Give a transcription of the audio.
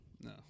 No